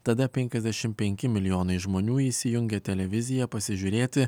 tada penkiasdešimt penki milijonai žmonių įsijungė televiziją pasižiūrėti